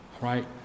Right